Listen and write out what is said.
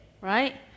right